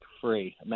free